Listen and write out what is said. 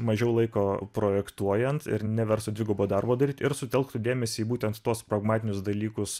mažiau laiko projektuojant ir neverstų dvigubo darbo daryt ir sutelktų dėmesį į būtent tuos pragmatinius dalykus